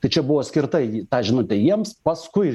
tai čia buvo skirta ji ta žinutė jiems paskui